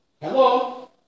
Hello